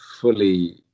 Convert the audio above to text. fully